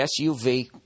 SUV